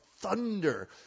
thunder